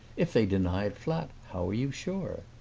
if they deny it flat how are you sure?